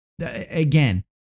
Again